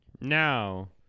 Now